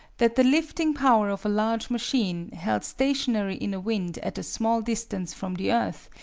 that the lifting power of a large machine, held stationary in a wind at a small distance from the earth,